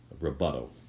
rebuttal